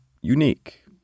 unique